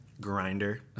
Grinder